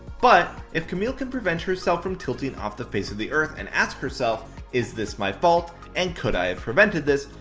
but if camille can prevent herself from tilting off the face of the earth and ask herself is this my fault and could i have prevented this?